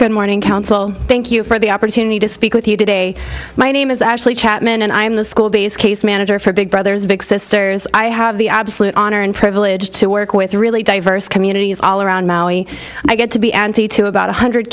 good morning counsel thank you for the opportunity to speak with you today my name is ashley chapman and i am the school based case manager for big brothers big sisters i have the absolute honor and privilege to work with really diverse communities all around maui and i get to be auntie to about one hundred